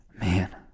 man